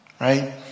right